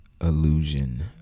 illusion